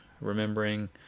remembering